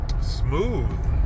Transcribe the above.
Smooth